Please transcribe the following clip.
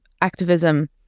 activism